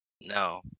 no